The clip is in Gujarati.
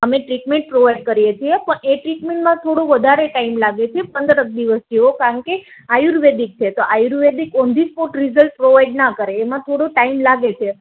અમે ટ્રીટમેન્ટ પ્રોવાઇડ કરીએ છીએ પણ એ ટ્રીટમેન્ટમાં થોડો વધારે ટાઇમ લાગે છે પંદર એક દિવસ જેવો કારણકે આયુર્વેદિક છે તો Ayurvedic on the spot result provide ના કરે એમાં થોડો ટાઇમ લાગે છે